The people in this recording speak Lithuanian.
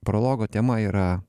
prologo tema yra